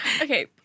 Okay